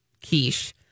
quiche